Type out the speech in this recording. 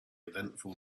eventful